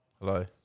Hello